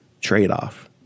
trade-off